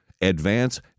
advance